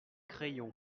crayons